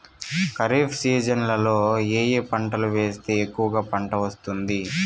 ఖరీఫ్ సీజన్లలో ఏ ఏ పంటలు వేస్తే ఎక్కువగా పంట వస్తుంది?